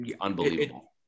Unbelievable